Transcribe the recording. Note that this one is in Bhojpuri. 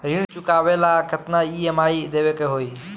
ऋण चुकावेला केतना ई.एम.आई देवेके होई?